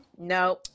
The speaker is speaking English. no